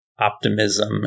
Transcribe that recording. optimism